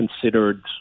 considered